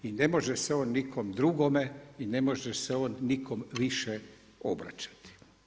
I ne može se on nikom drugome i ne može se on nikom više obraćati.